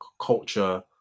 culture